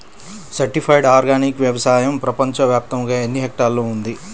Certified organic వ్యవసాయం ప్రపంచ వ్యాప్తముగా ఎన్నిహెక్టర్లలో ఉంది?